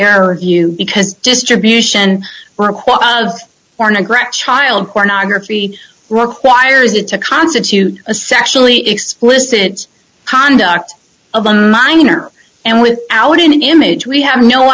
or view because distribution of porn and grandchild pornography requires it to constitute a sexually explicit conduct of a minor and without an image we have no